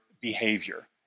behavior